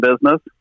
business